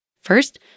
First